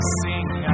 sing